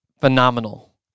Phenomenal